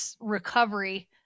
recovery